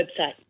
website